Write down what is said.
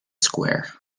square